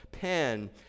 pen